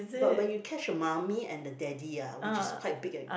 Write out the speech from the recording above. but when you catch the mommy and the daddy ah which is quite big and